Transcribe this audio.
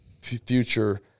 future